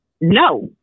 No